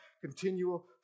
continual